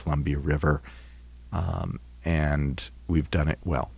columbia river and we've done it well